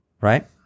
right